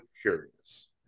curious